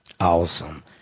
Awesome